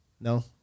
No